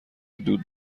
دود